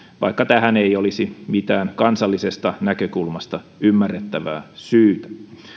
vaikka tähän ei olisi mitään kansallisesta näkökulmasta ymmärrettävää syytä